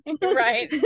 Right